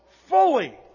fully